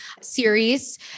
series